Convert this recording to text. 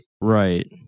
right